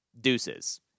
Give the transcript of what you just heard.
deuces